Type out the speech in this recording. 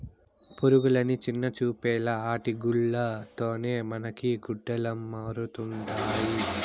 పురుగులని చిన్నచూపేలా ఆటి గూల్ల తోనే మనకి గుడ్డలమరుతండాయి